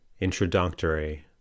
Introductory